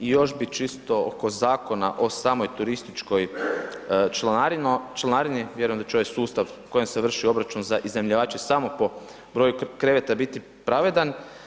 I još bi čisto oko zakona o samoj turističkoj članarini, vjerujem da će ovaj sustav u kojem se vrši obračun za iznajmljivače samo po broju kreveta biti pravedan.